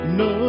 no